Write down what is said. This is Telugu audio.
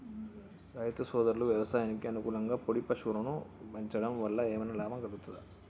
రైతు సోదరులు వ్యవసాయానికి అనుకూలంగా పాడి పశువులను పెంచడం వల్ల ఏమన్నా లాభం కలుగుతదా?